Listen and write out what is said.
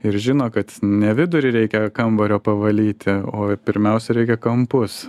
ir žino kad ne vidurį reikia kambario pavalyti o pirmiausia reikia kampus